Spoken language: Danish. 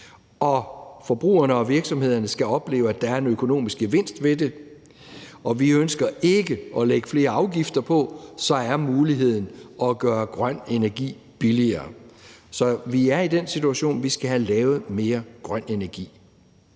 og forbrugerne og virksomhederne skal opleve, at der er en økonomisk gevinst ved det, og da vi ikke ønsker at lægge flere afgifter på, er muligheden der for at gøre grøn energi billigere. Vi er i den situation, at vi skal have lavet mere grøn energi.